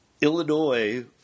Illinois